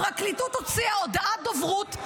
הפרקליטות הוציאה הודעת דוברות,